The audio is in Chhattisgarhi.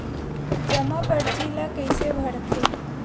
जमा परची ल कइसे भरथे?